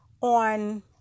on